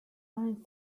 aren’t